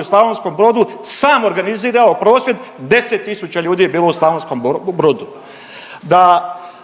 u Slavonskom Brodu sam organizirao prosvjed, 10 tisuća ljudi je bilo u Slavonskom Brodu. Da